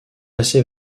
assez